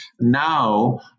now